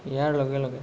ইয়াৰ লগে লগে